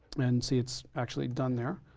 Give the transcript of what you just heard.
and see, it's actually done there.